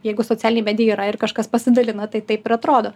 jeigu socialinė medija yra ir kažkas pasidalina tai taip ir atrodo